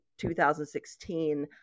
2016